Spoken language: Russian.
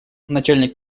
начальник